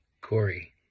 Corey